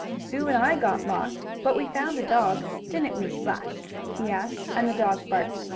sue and i got lost, but we found a dog didn't we, splash? he asked, and the dog barked.